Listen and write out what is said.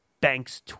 Banks